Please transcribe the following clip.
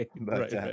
right